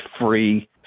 free